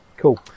Cool